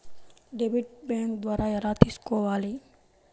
Debit bank ద్వారా ఎలా తీసుకోవాలి?